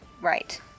Right